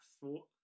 four